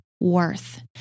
worth